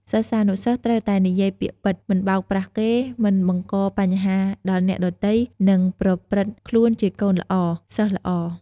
សិស្សានុសិស្សត្រូវតែនិយាយពាក្យពិត មិនបោកប្រាស់គេ មិនបង្កបញ្ហាដល់អ្នកដទៃ និងប្រព្រឹត្តខ្លួនជាកូនល្អ សិស្សល្អ។